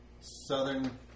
Southern